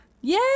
yay